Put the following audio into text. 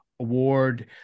award